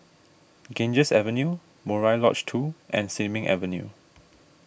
Ganges Avenue Murai Lodge two and Sin Ming Avenue